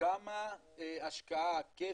כמה השקעה, כסף,